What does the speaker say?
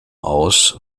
aus